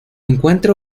encuentra